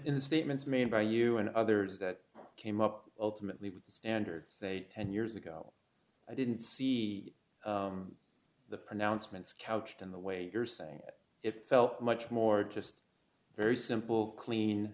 the statements made by you and others that came up ultimately with the standard say ten years ago i didn't see the pronouncements couched in the way you're saying it felt much more just very simple clean